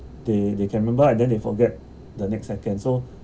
they they can remember ah then they forget the next second so